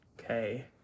Okay